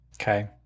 Okay